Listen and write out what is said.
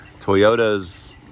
Toyota's